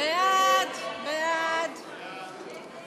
ההסתייגות (10) של קבוצת סיעת יש עתיד